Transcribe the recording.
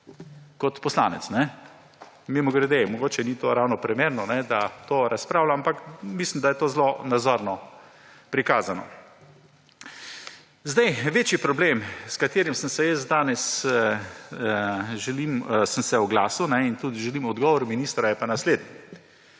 kot poslanec. Mimogrede, mogoče ni to ravno primerno, da o tem razpravljam, ampak mislim, da je to zelo nazorno prikazano. Večji problem, s katerim sem se danes oglasil in tudi želim odgovor ministra, je pa naslednje.